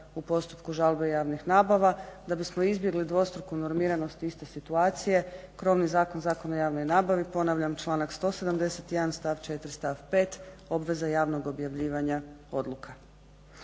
u postupku žalbe javnih nabava da bismo izbjegli dvostruku normiranost iste situacije krovni zakon, Zakon o javnoj nabavi, ponavljam članak 171. stav 4. stav 5. obveza javnog objavljivanja odluka.